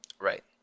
Right